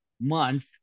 month